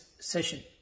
session